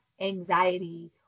anxiety